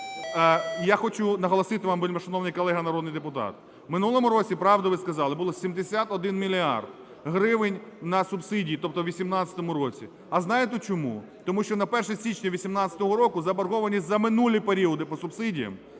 Я хочу наголосити вам, вельмишановний колега народний депутат, в минулому році, правду ви сказали, було 71 мільярд гривень на субсидії, тобто в 18-у році. А знаєте, чому? Тому що на 1 січня 18-го року заборгованість за минулі періоди по субсидіям